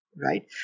right